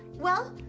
well,